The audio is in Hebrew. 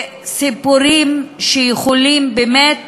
בסיפורים שיכולים באמת